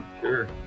Sure